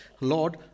Lord